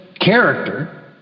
character